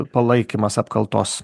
palaikymas apkaltos